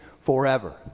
forever